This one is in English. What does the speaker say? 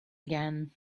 again